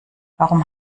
warum